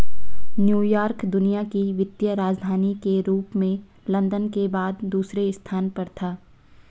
New York दुनिया की वित्तीय राजधानी के रूप में लंदन के बाद दूसरे स्थान पर था